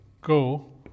go